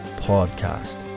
podcast